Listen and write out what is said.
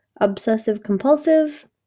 Obsessive-compulsive